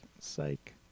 psych